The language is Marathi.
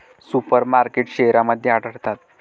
सुपर मार्केटस शहरांमध्ये आढळतात